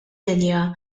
linja